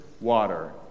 water